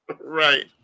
Right